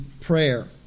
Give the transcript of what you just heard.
prayer